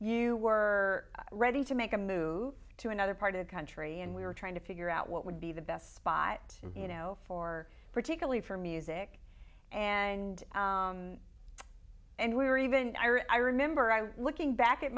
you were ready to make a move to another part of the country and we were trying to figure out what would be the best spot you know for particularly for music and and we're even iran iran member i was looking back at